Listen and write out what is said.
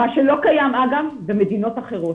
מה שלא קיים, אגב, במדינות אחרות.